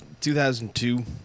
2002